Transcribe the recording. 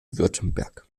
württemberg